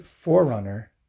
forerunner